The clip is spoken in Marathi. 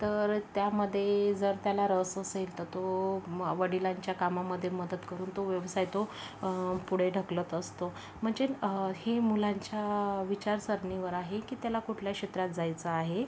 तर त्यामध्ये जर त्याला रस असेल तर तो वडिलांच्या कामामध्ये मदत करून तो व्यवसाय तो पुढे ढकलत असतो म्हणजे ही मुलांच्या विचारसरणीवर आहे की त्याला कुठल्या क्षेत्रात जायचं आहे